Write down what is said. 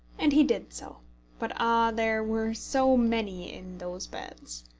and he did so but, ah! there were so many in those beds!